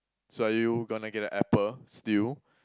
so are you gonna get an Apple still